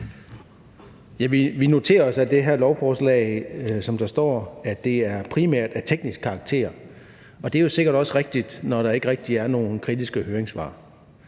Vi noterer os, at det her lovforslag, som der står, primært er af teknisk karakter, og det er jo sikkert også rigtigt, når der ikke rigtig er nogen kritiske høringssvar.